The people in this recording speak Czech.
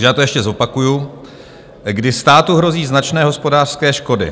Já to ještě zopakuji: kdy státu hrozí značné hospodářské škody.